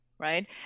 Right